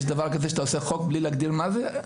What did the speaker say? יש דבר כזה שאתה עושה חוק בלי להגדיר מה זה?